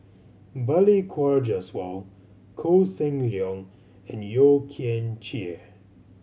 Balli Kaur Jaswal Koh Seng Leong and Yeo Kian Chye